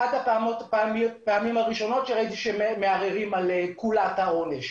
זו אחת הפעמים הראשונות שראיתי מערערים על קולת העונש.